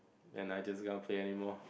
and I just gonna to play anymore